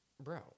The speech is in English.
bro